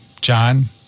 John